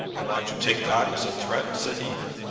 am i to take that as a threat? said he.